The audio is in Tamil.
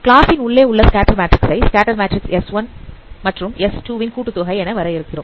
கிளாஸ் ன் உள்ளே உள்ள ஸ்கேட்டர் மேட்ரிக்ஸ் ஐ ஸ்கேட்டர் மேட்ரிக்ஸ் S1 மற்றும் S2 ன் கூட்டுத்தொகை என வரையறுகிறோம்